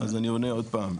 אז אני עונה עוד פעם,